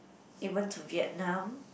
even to Vietnam